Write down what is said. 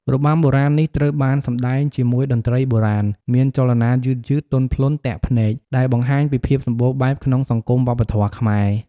របាំបុរាណនេះត្រូវបានសម្តែងជាមួយតន្ត្រីបុរាណ មានចលនាយឺតៗ ទន់ភ្លន់ ទាក់ភ្នែក ដែលបង្ហាញពីភាពសម្បូរបែបក្នុងសង្គមវប្បធម៌ខ្មែរ។